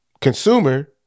consumer